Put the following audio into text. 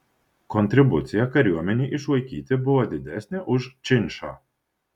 kontribucija kariuomenei išlaikyti buvo didesnė už činšą